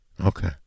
Okay